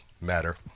matter